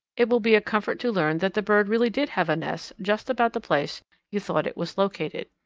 it will be a comfort to learn that the bird really did have a nest just about the place you thought it was located.